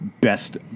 best